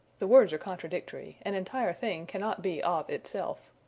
the words are contradictory an entire thing cannot be of itself.